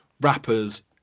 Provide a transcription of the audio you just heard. rappers